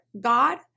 God